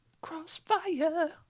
Crossfire